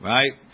Right